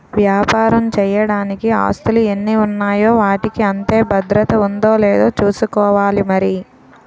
వ్యాపారం చెయ్యడానికి ఆస్తులు ఎన్ని ఉన్నాయో వాటికి అంతే భద్రత ఉందో లేదో చూసుకోవాలి మరి